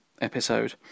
episode